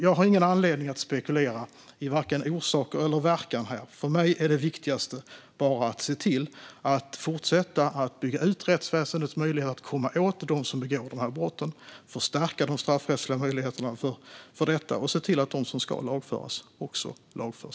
Jag har ingen anledning att spekulera i vare sig orsaker eller verkan. För mig är det viktigaste att se till att fortsätta att bygga ut rättsväsendets möjligheter att komma åt dem som begår brotten, förstärka de straffrättsliga möjligheterna för detta och se till att de som ska lagföras också lagförs.